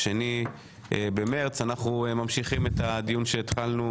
ה-2 במרס 2023. אנחנו ממשיכים את הדיון בו התחלנו